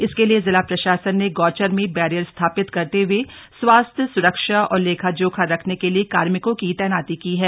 इसके लिए जिला प्रशासन ने गौचर में बैरियर स्थापित करते हए स्वास्थ्य सुरक्षा और लेखा जोखा रखने के लिए कार्मिकों की तैनाती की है